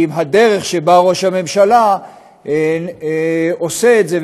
כי אם הדרך שבה ראש הממשלה עושה את זה,